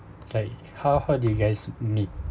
like how how do you guys meet